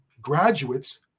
graduates